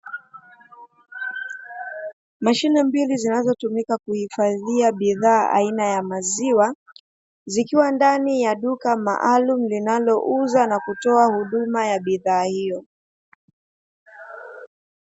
Mashine mbili zinazotumika kuhifadhia aina ya maziwa, zikiwa ndani ya duka maalumu linalouza na kutoa huduma ya bidhaa hiyo.